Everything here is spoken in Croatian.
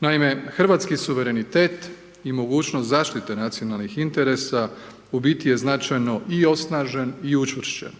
Naime, hrvatski suverenitet i mogućnost zaštite nacionalnih interesa u biti je značajno i osnažen i učvršćen